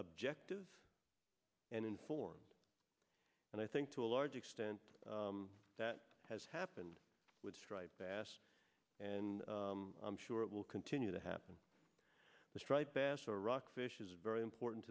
objective and informed and i think to a large extent that has happened with striped bass and i'm sure it will continue to happen the striped bass or rock fish is very important